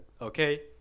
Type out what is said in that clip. okay